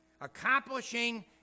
accomplishing